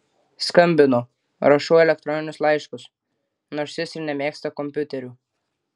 skambinu rašau elektroninius laiškus nors jis ir nemėgsta kompiuterių